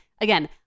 again